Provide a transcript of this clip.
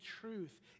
truth